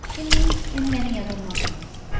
in these and many other monkeys,